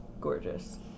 Gorgeous